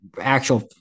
actual